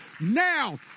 Now